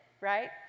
right